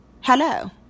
Hello